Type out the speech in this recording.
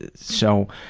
so,